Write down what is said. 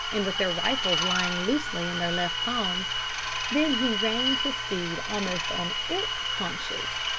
and with their rifles lying loosely in their left palms then he reined his steed almost on its haunches.